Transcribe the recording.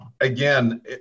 again